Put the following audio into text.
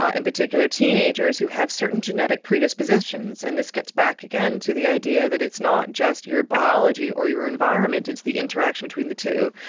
ah in particular teenagers who have certain genetic predispositions, and this gets back again to the idea that it's not just your biology or your environment, it's the interaction between the two.